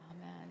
Amen